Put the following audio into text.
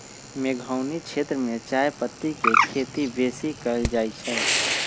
मेघौनी क्षेत्र में चायपत्ति के खेती बेशी कएल जाए छै